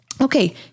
Okay